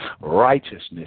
Righteousness